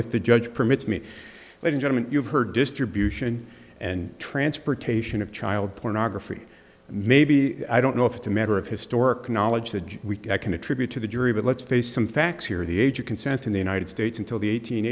if the judge permits me but enjoyment you've heard distribution and transportation of child pornography maybe i don't know if it's a matter of historic knowledge that we can attribute to the jury but let's face some facts here the age of consent in the united states until the eighteen